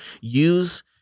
use